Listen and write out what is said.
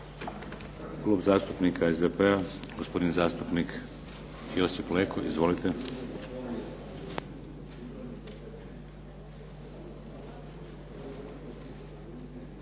Klub zastupnika SDP-a, gospodin zastupnik Josip Leko. Izvolite.